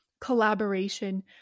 collaboration